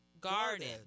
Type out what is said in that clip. Garden